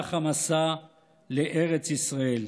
במהלך המסע לארץ ישראל.